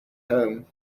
home